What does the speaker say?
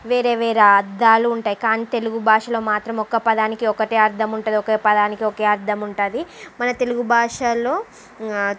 వేరే వేరే అర్థాలు ఉంటాయి కానీ తెలుగు భాషలో మాత్రం ఒక పదానికి ఒకటే అర్థం ఉంటుంది ఒక పదానికి ఒకే అర్థం ఉంటుంది మన తెలుగు భాషలో